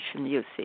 music